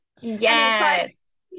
yes